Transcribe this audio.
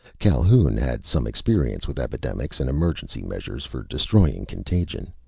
calhoun had some experience with epidemics and emergency measures for destroying contagion.